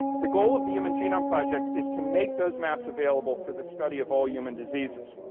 the goal of the human genome project is to make those maps available for the study of all human diseases.